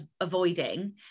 avoiding